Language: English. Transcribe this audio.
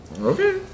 Okay